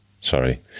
sorry